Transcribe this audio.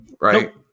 right